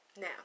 now